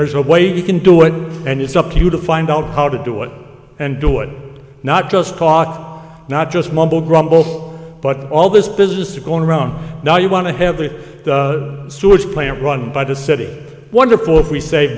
energy a way you can do it and it's up to you to find out how to do it and do it not just caught not just mumble grumble but all this business of going around now you want to have the sewage plant run by the city wonderful if we save